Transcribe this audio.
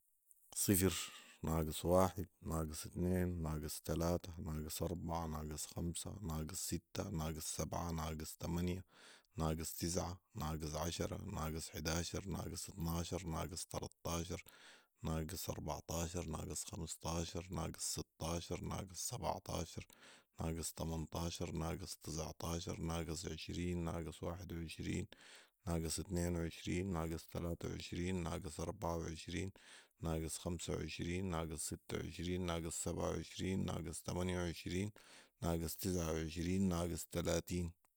صفر ، ناقص واحد ، ناقص اتنين ، ناقص تلاته ، ناقص اربعه ، ناقص خمسه ، ناقص سته ، ناقص سبعه، ناقص تمانيه ، ناقص تسعه، ناقص عشره ، ناقص حداشر ، ناقص اطناشر ، ناقص تلطاشر، ناقص اربعطاشر ، ناقص خمسطاشر ، ناقص سطاشر ، ناقص سبعطاشر ، ناقص تمنطاشر ، ناقص تسعطاشر ، ناقص عشرين ، ناقص واحد وعشرين ، ناقص اتنين وعشرين ، ناقص تلاته وعشرين ، ناقص اربعه وعشرين ناقص خمس وعشرين ، ناقص سته وعشرين ، ناقص سبعه وعشرين ، ناقص تمانيه وعشرين ، ناقص تسعه وعشرين ، ناقص تلاتين